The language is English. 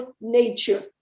nature